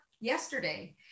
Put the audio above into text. yesterday